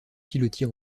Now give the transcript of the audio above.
pilotis